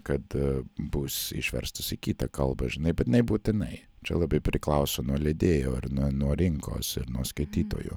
kad bus išverstas į kitą kalbą žinai bet nebūtinai čia labai priklauso nuo leidėjo ar n nuo rinkos ir nuo skaitytojo